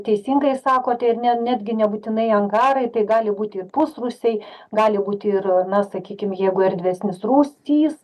teisingai sakote ir ne netgi nebūtinai angarai tai gali būti ir pusrūsiai gali būti ir na sakykim jeigu erdvesnis rūsys